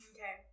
Okay